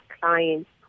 clients